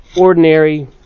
Ordinary